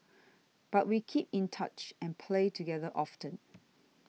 but we kept in touch and played together often